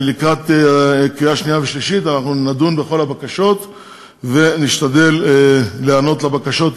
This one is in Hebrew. לקראת קריאה שנייה ושלישית נדון בכל הבקשות ונשתדל להיענות לבקשות,